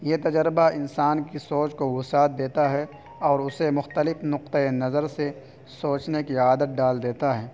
یہ تجربہ انسان کی سوچ کو وسعت دیتا ہے اور اسے مختلف نقطۂ نظر سے سوچنے کی عادت ڈال دیتا ہے